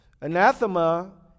anathema